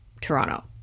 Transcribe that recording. Toronto